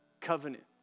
covenant